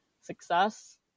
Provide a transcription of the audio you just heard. success